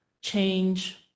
change